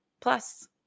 Plus